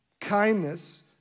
kindness